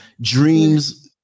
Dreams